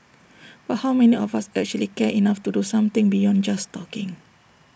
but how many of us actually care enough to do something beyond just talking